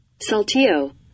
Saltillo